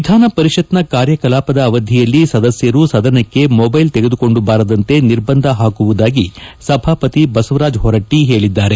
ವಿಧಾನಪರಿಷತ್ತಿನ ಕಾರ್ಯಕಲಾಪದ ಅವಧಿಯಲ್ಲಿ ಸದಸ್ಯರು ಸದಸ್ಕೆ ಮೊಬೈಲ್ ತೆಗೆದುಕೊಂಡು ಬಾರದಂತೆ ನಿರ್ಬಂಧ ಹಾಕುವುದಾಗಿ ಸಭಾಪತಿ ಬಸವರಾಜ ಹೊರಟ್ಟಿ ಹೇಳಿದ್ದಾರೆ